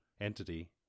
entity